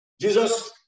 Jesus